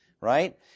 right